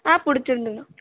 பிடிச்சிருந்தது